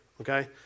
okay